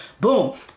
Boom